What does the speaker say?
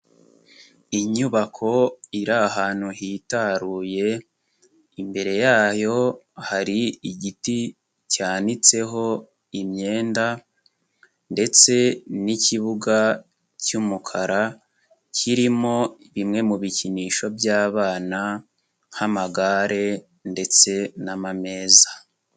Inyubako iri ahantu hitaruye imbere yayo hari igiti cyanitseho imyenda ndetse n'ikibuga cy'umukara kirimo bimwe mu bikinisho by'abana nk'amagare ndetse n'amameza.